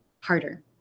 harder